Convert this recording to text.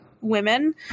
women